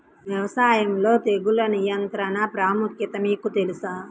వ్యవసాయంలో తెగుళ్ల నియంత్రణ ప్రాముఖ్యత మీకు తెలుసా?